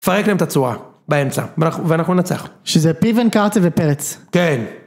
פרקנו להם את הצורה, באמצע, ואנחנו נצח. שזה פיוון, קארצה ופרץ. כן.